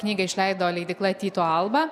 knygą išleido leidykla tyto alba